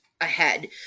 ahead